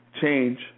change